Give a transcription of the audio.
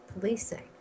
policing